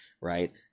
right